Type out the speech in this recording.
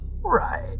Right